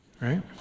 right